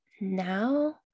now